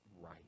right